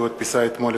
שהודפסה אתמול,